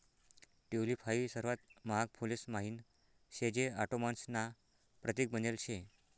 tulip हाई सर्वात महाग फुलेस म्हाईन शे जे ऑटोमन्स ना प्रतीक बनेल शे